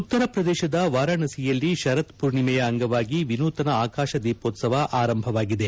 ಉತ್ತರ ಪ್ರದೇಶದ ವಾರಾಣಸಿಯಲ್ಲಿ ಶರತ್ ಪೂರ್ಣೆಮೆಯ ಅಂಗವಾಗಿ ವಿನೂತನ ಆಕಾಶ ದೀಹೋತ್ವವ ಆರಂಭವಾಗಿದೆ